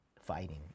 fighting